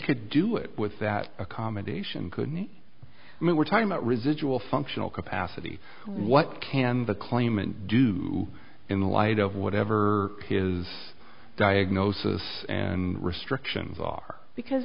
could do it with that accommodation couldn't move we're talking about residual functional capacity what can the claimant do in the light of whatever his diagnosis and restrictions are because